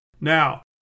Now